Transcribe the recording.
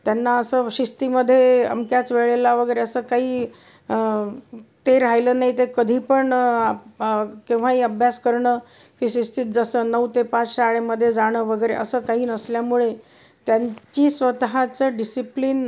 त्यांना असं शिस्तीमध्ये अमक्याच वेळेला वगैरे असं काही ते राहिलं नाही ते कधी पण आब केव्हाही अभ्यास करणं की शिस्तीत जसं नऊ ते पाच शाळेमध्ये जाणं वगैरे असं काही नसल्यामुळे त्यांची स्वतःचं डिसिप्लिन